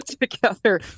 together